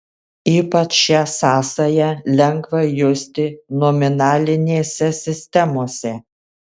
ypač šią sąsają lengva justi nominalinėse sistemose